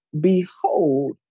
Behold